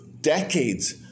decades